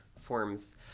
forms